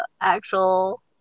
actual